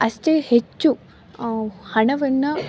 ಅಷ್ಟೇ ಹೆಚ್ಚು ಹಣವನ್ನು